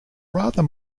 rather